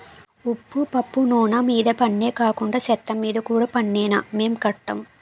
ఉప్పు పప్పు నూన మీద పన్నే కాకండా సెత్తమీద కూడా పన్నేనా మేం కట్టం